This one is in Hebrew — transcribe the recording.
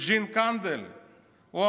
נתניהו נלחם למנות אותו לנגיד בנק ישראל,